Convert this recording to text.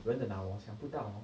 人的脑 ah 想不到 hor